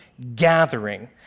Gathering